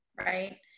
Right